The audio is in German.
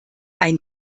ein